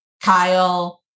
Kyle